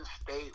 State